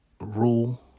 rule